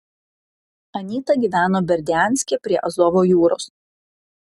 anyta gyveno berdianske prie azovo jūros